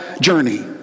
journey